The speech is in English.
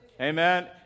Amen